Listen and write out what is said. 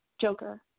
Joker